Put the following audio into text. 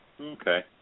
okay